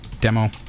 demo